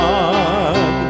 God